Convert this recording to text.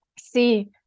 see